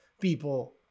people